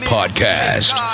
Podcast